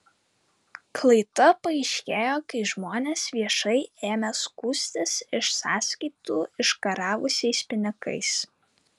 klaida paaiškėjo kai žmonės viešai ėmė skųstis iš sąskaitų išgaravusiais pinigais